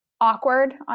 Awkward